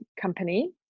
company